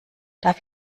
darf